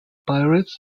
pirates